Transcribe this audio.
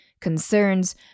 concerns